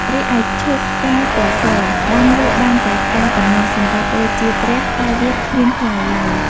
រីឯឈូកផ្កាពណ៌ស ដាំលក់បានតែផ្កាប៉ុណ្ណោះសម្រាប់បូជាព្រះ តែវាគ្មានផ្លែឡើយ ។